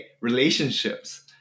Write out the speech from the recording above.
Relationships